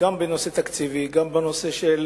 שיש גם בנושא התקציבי וגם בנושא של